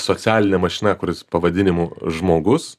socialinė mašina kuris pavadinimu žmogus